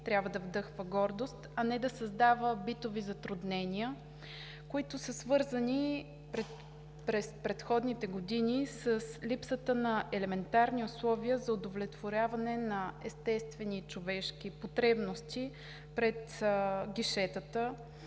трябва да вдъхва гордост, а не да създава битови затруднения, които са свързани през предходните години с липсата на елементарни условия за удовлетворяване на естествени човешки потребности пред гишетата